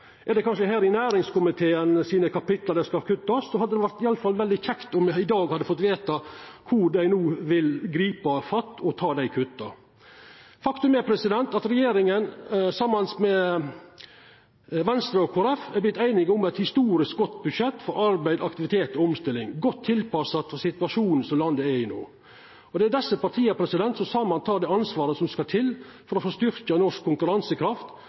Er det kanskje i kapitla til næringskomiteen det skal kuttast? Det hadde vore kjekt om me i dag hadde fått veta kvar dei no ville gripa fatt og ta dei kutta. Faktum er at regjeringspartia saman med Venstre og Kristeleg Folkeparti har vorte einige om eit historisk godt budsjett for arbeid, aktivitet og omstilling som er godt tilpassa situasjonen som landet er i no. Det er desse partia som saman tek det ansvaret som skal til for å styrkja norsk konkurransekraft